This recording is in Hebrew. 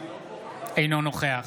אינו נוכח